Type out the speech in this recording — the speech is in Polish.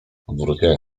odwróciłem